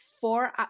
four